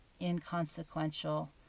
inconsequential